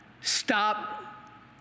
stop